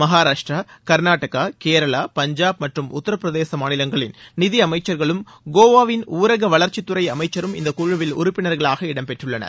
மகாராஷ்டிரா கர்நாடகா கேரளா பஞ்சாப் மற்றும் உத்தரப்பிரதேச மாநிலங்களின் நிதி அமைச்சா்களும் கோவாவின் ஊரக வளா்ச்சித் துறை அமைச்சரும் இந்தக் குழுவில் உறுப்பினர்களாக இடம் பெற்றுள்ளனர்